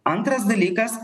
antras dalykas